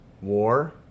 war